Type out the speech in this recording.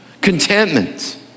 Contentment